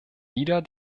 wieder